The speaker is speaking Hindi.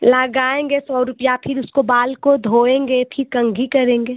लगाएंगे सौ रुपया फ़िर उसको बाल को धोएंगे फ़िर कंघी करेंगे